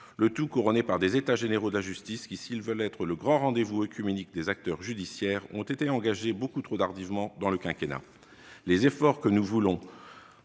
le tout couronné par des États généraux de la justice. Ces derniers, qui se veulent un grand rendez-vous oecuménique des acteurs judiciaires, ont été engagés beaucoup trop tardivement dans le quinquennat. Les efforts que nous voulons